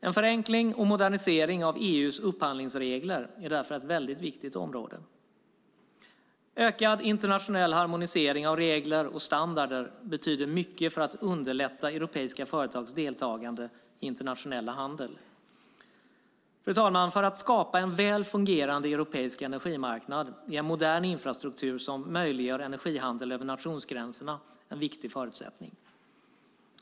En förenkling och modernisering av EU:s upphandlingsregler är därför ett väldigt viktigt område. Ökad internationell harmonisering av regler och standarder betyder mycket för att underlätta europeiska företags deltagande i internationell handel. Fru talman! För att skapa en väl fungerande europeisk energimarknad är en modern infrastruktur som möjliggör energihandel över nationsgränserna en viktig förutsättning.